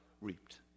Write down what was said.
reaped